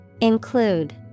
Include